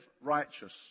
righteous